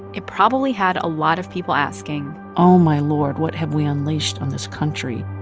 it probably had a lot of people asking. oh, my lord, what have we unleashed on this country?